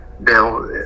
Now